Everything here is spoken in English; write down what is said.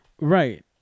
right